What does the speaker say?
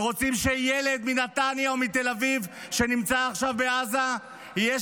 ורוצים שילד מנתניה או מתל אביב שנמצא עכשיו בעזה יהיה